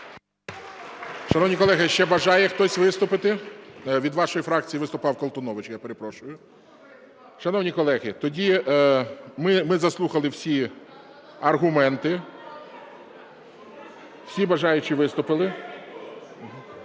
Шановні колеги, ще бажає хтось виступити? Від вашої фракції виступав Колтунович, я перепрошую. Шановні колеги, тоді ми заслухали всі аргументи, всі бажаючі виступили.